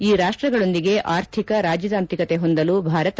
ಈ ರಾಷ್ಲಗಳೊಂದಿಗೆ ಆರ್ಥಿಕ ರಾಜತಾಂತ್ರಿಕತೆ ಹೊಂದಲು ಭಾರತ